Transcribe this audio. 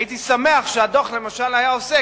הייתי שמח, למשל, אם הדוח היה עוסק,